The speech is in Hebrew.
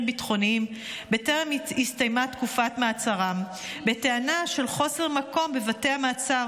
ביטחוניים לפני שהסתיימה תקופת מעצרם בטענה של חוסר מקום בבתי המעצר